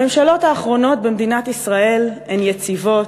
הממשלות האחרונות במדינת ישראל הן יציבות,